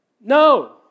no